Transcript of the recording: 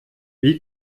wie